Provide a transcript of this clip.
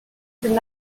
their